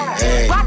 hey